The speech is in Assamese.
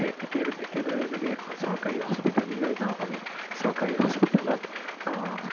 একে একেদৰে যদি এখন চৰকাৰী হস্পিতেললৈ যাওঁ আমি চৰকাৰী হস্পিটেলত